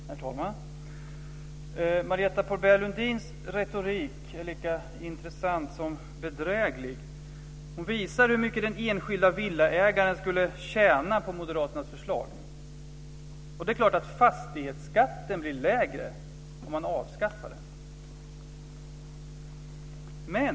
Herr talman! Marietta de Pourbaix-Lundins retorik är lika intressant som bedräglig. Hon visar hur mycket den enskilda villaägaren skulle tjäna på moderaternas förslag. Och det är klart att fastighetsskatten blir lägre om man avskaffar den.